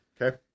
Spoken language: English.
Okay